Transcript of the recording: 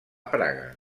praga